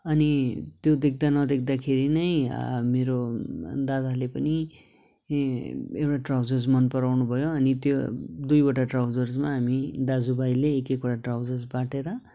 अनि त्यो देख्दा नदेख्दाखेरि नै मेरो दादाले पनि यी एउटा ट्राउजर्स मन पराउनु भयो अनि त्यो दुइवटा ट्राउजर्समा हामी दाजु भाइले एक एकवटा ट्राउजर्स बाँडेर